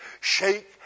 Shake